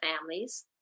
families